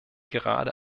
gerade